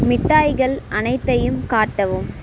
மிட்டாய்கள் அனைத்தையும் காட்டவும்